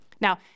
Now